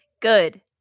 Good